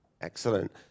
Excellent